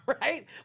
Right